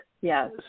yes